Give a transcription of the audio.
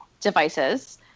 devices